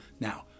now